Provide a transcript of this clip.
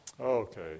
Okay